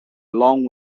long